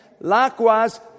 Likewise